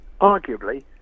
arguably